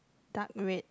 dark red